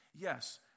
Yes